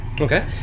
Okay